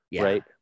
right